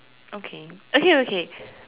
okay okay okay